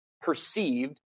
perceived